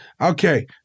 Okay